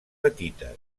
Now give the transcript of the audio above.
petites